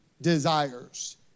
desires